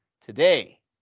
today